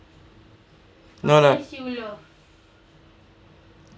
no lah